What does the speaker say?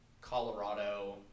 Colorado